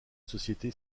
société